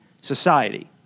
society